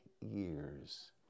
years